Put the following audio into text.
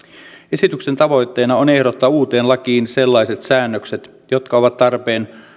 esityksen tavoitteena on ehdottaa uuteen lakiin sellaiset säännökset jotka ovat tarpeen